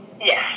Yes